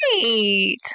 great